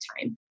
time